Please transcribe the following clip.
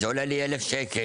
זה עולה לי 1,000 שקלים